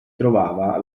trovava